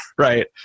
right